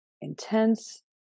intense